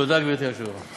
תודה, גברתי היושבת-ראש.